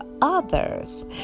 others